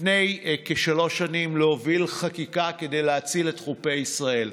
לפני כשלוש שנים להוביל חקיקה כדי הציל את חופי ישראל.